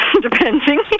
depending